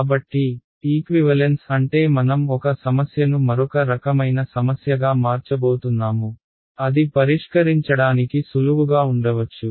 కాబట్టి ఈక్వివలెన్స్ అంటే మనం ఒక సమస్యను మరొక రకమైన సమస్యగా మార్చబోతున్నాము అది పరిష్కరించడానికి సులువుగా ఉండవచ్చు